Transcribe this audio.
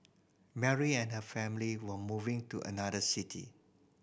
Mary and her family were moving to another city